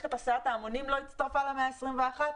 שמערכת הסעת ההמונים לא הצטרפה למאה ה-21,